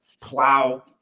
plow